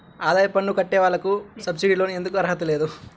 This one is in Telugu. ఆదాయ పన్ను కట్టే వాళ్లకు సబ్సిడీ లోన్ ఎందుకు అర్హత లేదు?